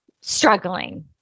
struggling